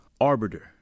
arbiter